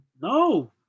No